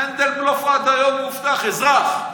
מנדלבלוף עד היום מאובטח, אזרח,